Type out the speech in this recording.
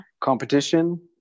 competition